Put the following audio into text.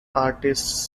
artists